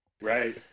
Right